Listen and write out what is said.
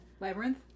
Labyrinth